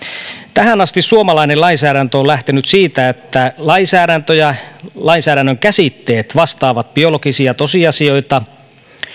tähän asti suomalainen lainsäädäntö on lähtenyt siitä että lainsäädäntö ja lainsäädännön käsitteet vastaavat biologisia tosiasioita